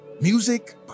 music